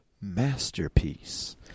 masterpiece